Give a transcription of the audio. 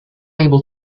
able